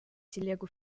телегу